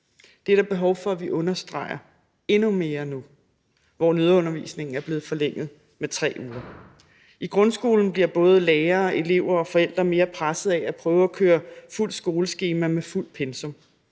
Det er der behov for at vi understreger endnu mere nu, hvor nødundervisningen er blevet forlænget med 3 uger. I grundskolen bliver både lærere, elever og forældre mere stresset af at prøve at køre fuldt skoleskema med fuldt pensum.